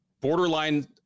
borderline